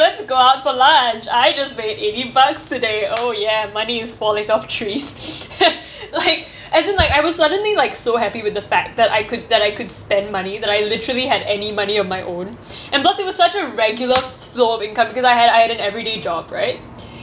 let's go out for lunch I just made eighty bucks today oh ya money is falling off trees like as in like I was suddenly like so happy with the fact that I could that I could spend money that I literally had any money of my own and that it was such a regular flow of income because I had I had an everyday job right